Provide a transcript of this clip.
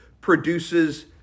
produces